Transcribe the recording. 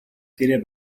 гэрээ